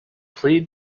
plead